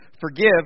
forgive